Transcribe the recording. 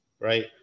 right